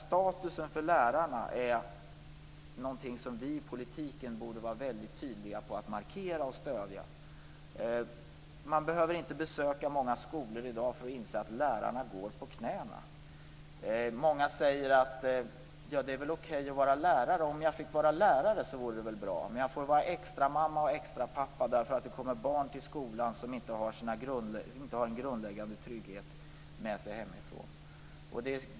Statusen för lärarna är någonting som vi i politiken borde vara väldigt tydliga att markera och stödja. Man behöver inte besöka många skolor i dag för att inse att lärarna går på knäna. Många säger: Det är väl okej att vara lärare. Om jag fick vara lärare vore det väl bra. Men jag får vara extramamma och extrapappa därför att det kommer barn till skolan som inte har en grundläggande trygghet med sig hemifrån.